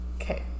Okay